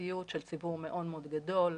בפרטיות של ציבור מאוד מאוד גדול,